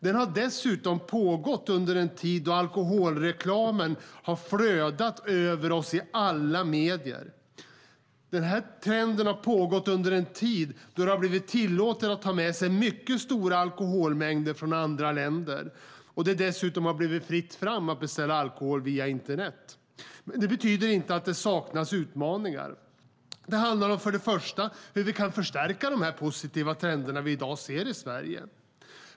Den har dessutom pågått under en tid då alkoholreklamen har flödat över oss alla i alla medier. Trenden har pågått under en tid då det blivit tillåtet att ta med sig mycket stora alkoholmängder från andra länder och det dessutom har blivit fritt fram att beställa alkohol via internet. Det betyder inte att det saknas utmaningar. Det handlar för det första om hur vi kan förstärka de positiva trender som vi i dag ser i Sverige.